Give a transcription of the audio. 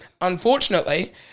Unfortunately